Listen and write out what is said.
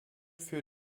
für